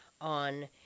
on